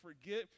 forget